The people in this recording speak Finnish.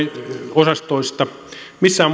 vuodeosastoista missään